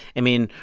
i mean,